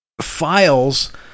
files